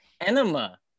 enema